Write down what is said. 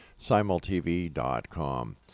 simultv.com